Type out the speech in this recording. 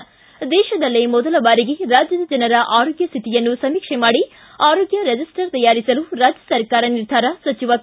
ಿ ದೇಶದಲ್ಲೇ ಮೊದಲ ಬಾರಿಗೆ ರಾಜ್ಯದ ಜನರ ಆರೋಗ್ಯ ಸ್ಥಿತಿಯನ್ನು ಸಮೀಕ್ಷೆ ಮಾಡಿ ಆರೋಗ್ಯ ರಿಜಿಸ್ಟರ್ ತಯಾರಿಸಲು ರಾಜ್ಯ ಸರ್ಕಾರ ನಿರ್ಧಾರ ಸಚಿವ ಕೆ